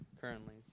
currently